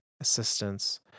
assistance